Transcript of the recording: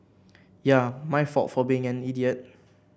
yeah my fault for being an idiot